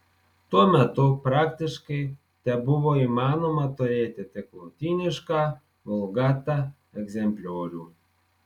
tuo metu praktiškai tebuvo įmanoma turėti tik lotynišką vulgata egzempliorių